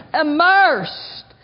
immersed